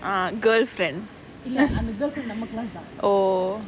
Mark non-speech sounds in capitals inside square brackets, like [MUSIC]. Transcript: ah girlfriend [LAUGHS] oh